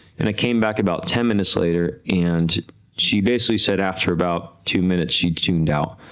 and i came back about ten minutes later, and she basically said after about two minutes she tuned out,